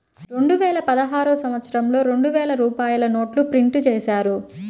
రెండువేల పదహారు సంవత్సరంలో రెండు వేల రూపాయల నోట్లు ప్రింటు చేశారు